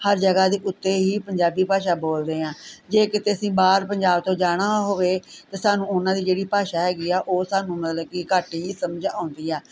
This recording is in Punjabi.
ਹਰ ਜਗ੍ਹਾ ਦੇ ਉੱਤੇ ਹੀ ਪੰਜਾਬੀ ਭਾਸ਼ਾ ਬੋਲਦੇ ਹਾਂ ਜੇ ਕਿਤੇ ਅਸੀਂ ਬਾਹਰ ਪੰਜਾਬ ਤੋਂ ਜਾਣਾ ਹੋਵੇ ਤਾਂ ਸਾਨੂੰ ਉਹਨਾਂ ਦੀ ਜਿਹੜੀ ਭਾਸ਼ਾ ਹੈਗੀ ਆ ਉਹ ਸਾਨੂੰ ਮਤਲਬ ਕਿ ਘੱਟ ਹੀ ਸਮਝ ਆਉਂਦੀ ਆ